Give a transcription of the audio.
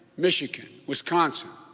michigan, wisconsin,